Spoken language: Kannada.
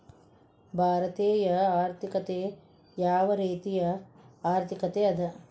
ಭಾರತೇಯ ಆರ್ಥಿಕತೆ ಯಾವ ರೇತಿಯ ಆರ್ಥಿಕತೆ ಅದ?